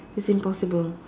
it's impossible